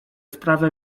sprawia